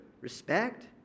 respect